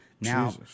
Now